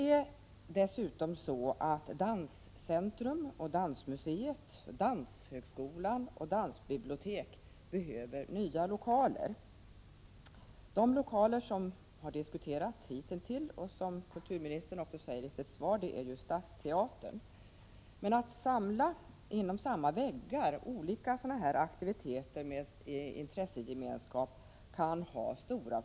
Danscentrum, Dansmuseet, Danshögskolan och Dansbiblioteket behöver nya lokaler. Att samla sådana här dansaktiviteter med en intressegemenskap inom samma väggar kan ha stora fördelar. En lokal som i detta sammanhang hitintills har diskuterats är Stadsteatern, vilket också kulturministern nämner i sitt svar.